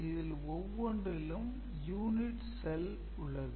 இதில் ஒவ்வொன்றிலும் "unit cell" உள்ளது